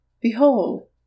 Behold